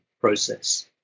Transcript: process